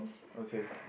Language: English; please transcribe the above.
okay